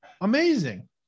amazing